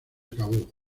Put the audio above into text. acabó